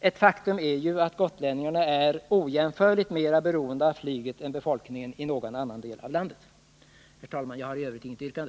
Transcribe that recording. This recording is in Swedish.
Ett faktum är ju att gotlänningarna är ojämförligt mer beroende av flyget än befolkningen i någon annan del av landet. Herr talman! Jag har inget yrkande.